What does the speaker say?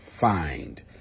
find